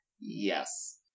Yes